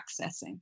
accessing